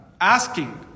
asking